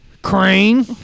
Crane